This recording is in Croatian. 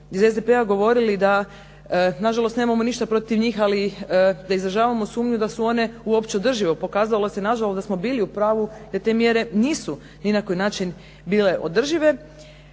iz SDP-a govorili da nažalost nemamo ništa protiv njih, ali da izražavamo sumnju da su one uopće održive. Pokazalo se nažalost da smo bili u pravu i da te mjere nisu ni na koji način bile održive